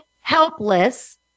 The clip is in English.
helpless